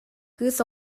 кыыс